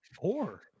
Four